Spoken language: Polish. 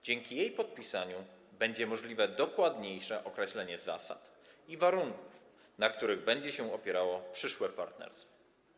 Dzięki jej podpisaniu będzie możliwe dokładniejsze określenie zasad i warunków, na których będzie się opierało przyszłe partnerstwo.